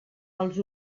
els